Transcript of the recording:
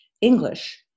English